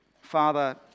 Father